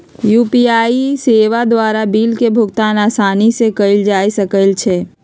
UPI सेवा द्वारा bill के भुगतान असानी से कएल जा सकइ छै